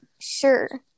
Sure